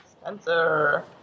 Spencer